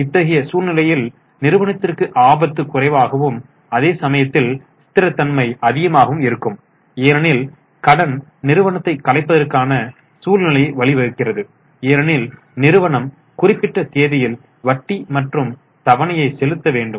இத்தகைய சூழ்நிலையில் நிறுவனத்திற்கு ஆபத்து குறைவாகவும் அதே சமயத்தில் ஸ்திரத்தன்மை அதிகமாகவும் இருக்கும் ஏனெனில் கடன் நிறுவனத்தை கலைப்பதற்கான சூழ்நிலைக்கு வழிவகுக்கிறது ஏனெனில் நிறுவனம் குறிப்பிட்ட தேதியில் வட்டி மற்றும் தவணையை செலுத்த வேண்டும்